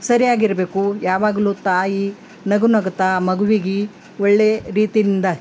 ಸರಿಯಾಗಿರಬೇಕು ಯಾವಾಗಲೂ ತಾಯಿ ನಗು ನಗುತ ಮಗುವಿಗೆ ಒಳ್ಳೆ ರೀತಿಯಿಂದ